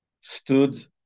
stood